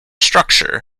structure